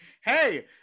Hey